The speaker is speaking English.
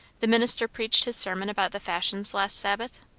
the minister preached his sermon about the fashions last sabbath?